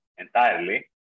Entirely